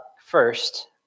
first